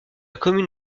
commune